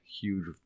huge